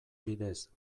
bidez